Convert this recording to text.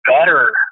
better